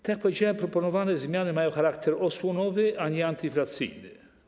Tak jak powiedziałem, proponowane zmiany mają charakter osłonowy, a nie antyinflacyjny.